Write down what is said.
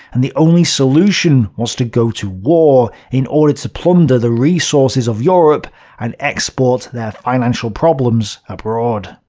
and the only solution was to go to war in order to plunder the resources of europe and export their financial problems abroad.